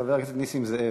חבר הכנסת נסים זאב,